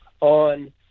on